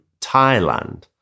Thailand